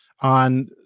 on